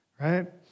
right